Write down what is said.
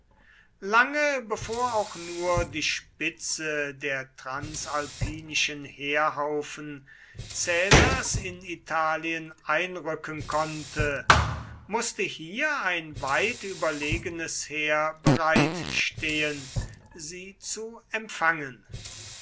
lange bevor auch nur die spitze der transalpinischen heerhaufen caesars in italien einrücken konnte wußte hier ein weit überlegenes heer bereit stehen sie zu empfangen